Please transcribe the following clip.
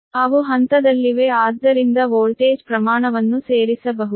ಅವು ಹಂತದಲ್ಲಿವೆ ಆದ್ದರಿಂದ ವೋಲ್ಟೇಜ್ ಪ್ರಮಾಣವನ್ನು ಸೇರಿಸಬಹುದು